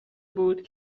بود